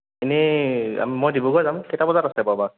এনেই মই ডিব্ৰুগড় যাম কেইটা বজাত আছে বাৰু বাছ